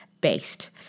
based